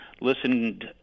listened